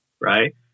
right